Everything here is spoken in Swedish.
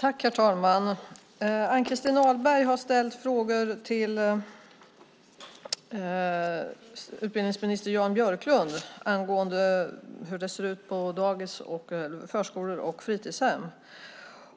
Herr talman! Ann-Christin Ahlberg har ställt frågor till utbildningsminister Jan Björklund om hur det ser ut på förskolor och fritidshem.